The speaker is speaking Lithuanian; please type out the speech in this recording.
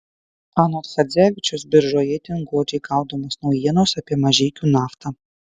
anot chadzevičiaus biržoje itin godžiai gaudomos naujienos apie mažeikių naftą